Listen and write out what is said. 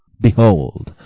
behold,